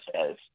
says